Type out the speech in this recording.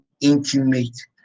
intimate